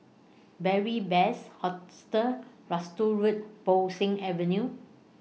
Beary Best Hostel Road Bo Seng Avenue